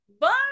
bye